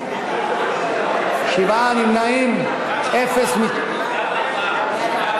תומכים, שבעה נמנעים, אפס מתנגדים.